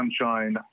sunshine